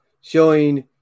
showing